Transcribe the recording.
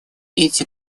эти